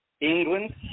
England